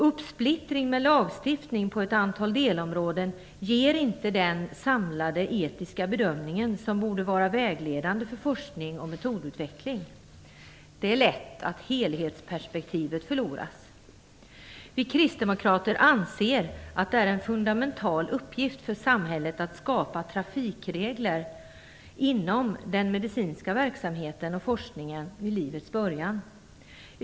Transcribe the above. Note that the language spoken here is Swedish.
Uppsplittring med lagstiftning på ett antal delområden ger inte den samlade etiska bedömning som borde vara vägledande för forskning och metodutveckling. Det är lätt att helhetsperspektivet förloras. Vi kristdemokrater anser att det är en fundamental uppgift för samhället att skapa "trafikregler" inom den medicinska verksamheten och forskningen vid livets början.